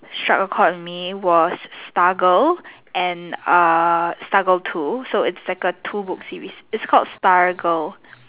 struck a cord in me was star girl and uh star girl two so it's like a two book series it's called star girl